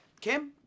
Kim